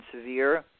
severe